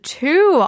two